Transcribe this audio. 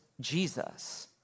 Jesus